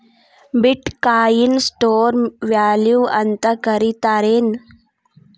ಬಿಟ್ coin ನ store value ಅಂತ ಕರಿತಾರೆನ್